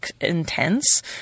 intense